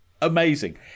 Amazing